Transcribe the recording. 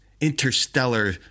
interstellar